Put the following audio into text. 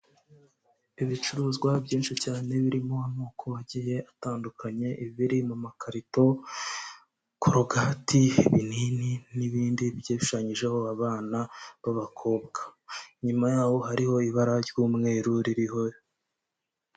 Ibicuruzwa byinshi cyane birimo amoko agiye atandukanye, biri mu makarito, korogati, ibinini, n'ibindi bigiye bishushanyijeho abana b'abakobwa. Inyuma y'aho hariho ibara ry'umweru ririho...